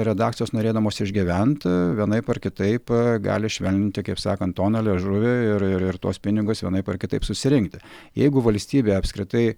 redakcijos norėdamos išgyvent vienaip ar kitaip gali švelninti kaip sakant toną liežuvį ir ir tuos pinigus vienaip ar kitaip susirinkti jeigu valstybė apskritai